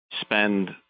spend